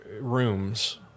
rooms